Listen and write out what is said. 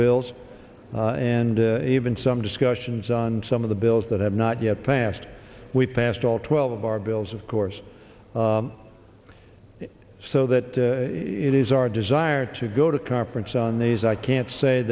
bills and even some discussions on some of the bills that have not yet passed we passed all twelve of our bills of course so that it is our desire to go to conference on these i can't say